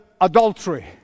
adultery